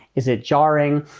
is it jarring?